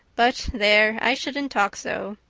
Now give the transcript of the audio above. but there, i shouldn't talk so.